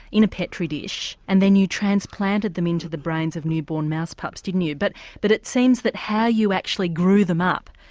in a petri dish, and you transplanted them into the brains of new born mouse pups didn't you? but but it seems that how you actually grew them up,